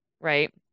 right